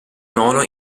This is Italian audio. nono